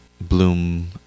Bloom